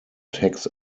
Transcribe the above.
tax